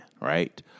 right